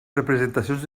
representacions